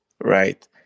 right